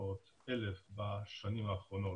ל-1,600,000 בשנים האחרונות.